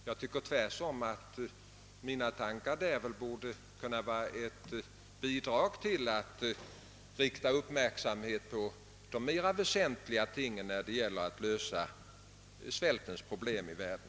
Jag tycker tvärtom att mina tankar på detta område borde kunna bidra till att rikta uppmärksamheten på mera väsentliga ting när det gäller att lösa svältens problem i vår värld.